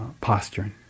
posturing